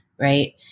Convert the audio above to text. right